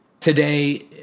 Today